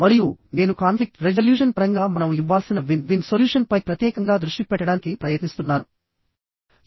మరియు నేను conflict resolution పరంగా మనం ఇవ్వాల్సిన విన్ విన్ సొల్యూషన్ పై ప్రత్యేకంగా దృష్టి పెట్టడానికి ప్రయత్నిస్తున్నాను